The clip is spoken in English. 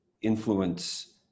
influence